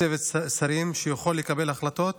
צוות שרים שיכול לקבל החלטות